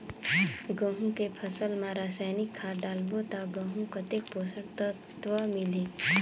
गंहू के फसल मा रसायनिक खाद डालबो ता गंहू कतेक पोषक तत्व मिलही?